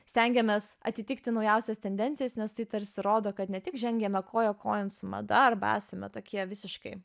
stengiamės atitikti naujausias tendencijas nes tai tarsi rodo kad ne tik žengiame koja kojon su mada arba esame tokie visiškai